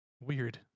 Weird